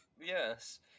Yes